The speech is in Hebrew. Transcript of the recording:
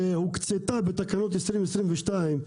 שהוקצתה בתקנות 2022,